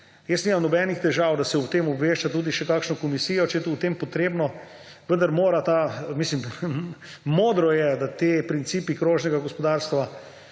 Jaz nimam nobenih težav, da se o tem obvešča tudi še kakšno komisijo, če je o tem potrebno, vendar mora ta … Mislim, modro je, da ti principi krožnega gospodarstva